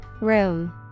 Room